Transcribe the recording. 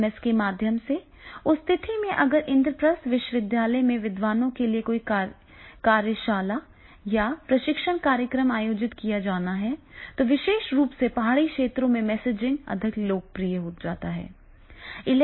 SMS के माध्यम से उस स्थिति में अगर इंद्रप्रस्थ विश्वविद्यालय में विद्वानों के लिए कोई कार्यशाला या प्रशिक्षण कार्यक्रम आयोजित किया जाना है तो विशेष रूप से पहाड़ी क्षेत्रों में मैसेजिंग अधिक लोकप्रिय हो जाता है